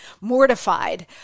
mortified